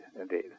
Indeed